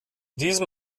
diesem